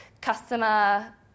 customer